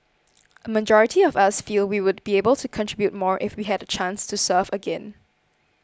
a majority of us feel we would be able to contribute more if we had a chance to serve again